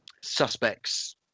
suspects